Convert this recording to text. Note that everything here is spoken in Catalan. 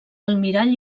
almirall